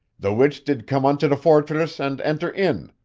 the which did come unto the fortress and enter in,